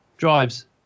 drives